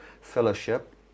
Fellowship